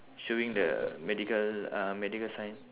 showing the medical uh medical sign